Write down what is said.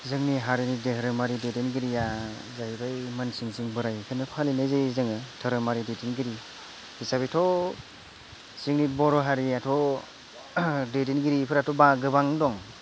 जोंनि हारिनि धोरोमारि दैदेनगिरिया जाहैबाय मोनसिं सिं बोराइ बेखौनो फालिनाय जायो जोङो धोरोमारि दैदेनगिरि हिसाबैथ' जोंनि बर'हारिआथ' दैदेनगिरिफ्राथ' गोबां दं